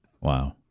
Wow